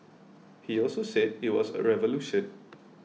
he also said it was a revolution